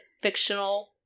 fictional